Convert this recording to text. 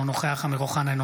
אינו נוכח אמיר אוחנה,